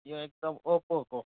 यो एकदम ओप्पोको